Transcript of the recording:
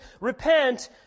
Repent